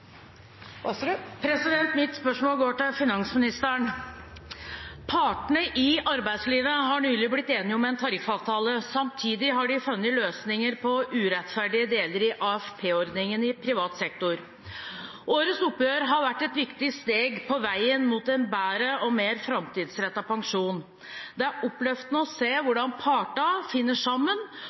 Mitt spørsmål går til finansministeren. Partene i arbeidslivet har nylig blitt enige om en tariffavtale. Samtidig har de funnet løsninger på urettferdige deler i AFP-ordningen i privat sektor. Årets oppgjør har vært et viktig steg på veien mot en bedre og mer framtidsrettet pensjon. Det er oppløftende å se hvordan partene finner sammen